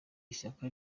ishyaka